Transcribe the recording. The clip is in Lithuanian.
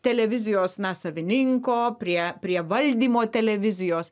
televizijos na savininko prie prie valdymo televizijos